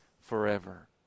forever